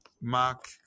Mark